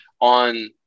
on